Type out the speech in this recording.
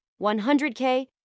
100K